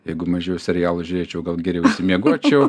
jeigu mažiau serialų žiūrėčiau gal geriau išsimiegočiau